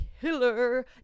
Killer